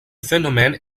phénomène